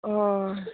हय